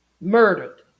Murdered